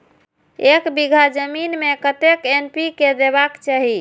एक बिघा जमीन में कतेक एन.पी.के देबाक चाही?